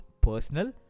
personal